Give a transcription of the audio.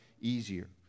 easier